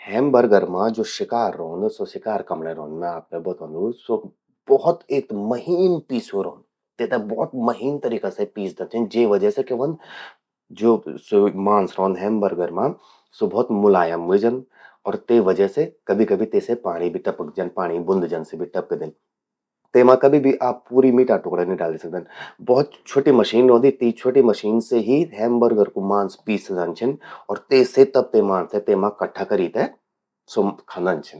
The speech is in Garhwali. हैमबर्गर मां ज्वो शिकार रौंद, स्वो शिकार कमण्यें रौंद, यो मैं आपते बतौंदू। स्वो बहुत एक महीन पीस्यूं रौंद। तेते भौत महीन तरीका से पीसदन छिन. जे वजह से क्या व्हंद जो स्वो मांस रौंद हैमबर्गर मां, स्वो भौत मुलायम ह्वे जंद अर ते वजह से तेसे कभी पाणी भी टपकद, जन पाणी बूंद जनसि भी टपकदिन। तेमा कभी भी आप पूरी मीटा टुकड़ा नि डाली सकदन। भौत छ्वोटि मशीन रौंदि, तीं छ्वोटि मशीन से ही हैमबर्गर कू मांस पीसदन छिन। अर ते से तब ते मांस ते तेमा कट्ठा करी ते स्वो खांदन छिन।